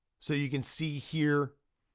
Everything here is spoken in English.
so you can see here.